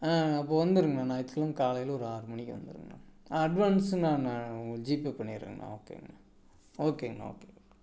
அப்போது வந்துடுங்க ஞாயித்துக்கெழம காலையில் ஒரு ஆறு மணிக்கு வந்துடுங்கண்ணா அட்வான்ஸு நான் உங்களுக்கு ஜீபே பண்ணிடுறேங்கண்ணா ஓகேங்க ஓகேங்கண்ணா ஓகே